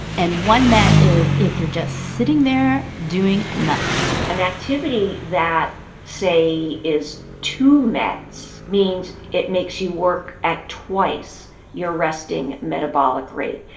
and one met is if you're just sitting there doing nothing an activity that, say, is two mets means it makes you work at twice your resting metabolic rate.